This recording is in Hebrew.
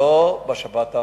ולא בשבת האחרונה,